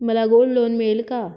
मला gold loan मिळेल का?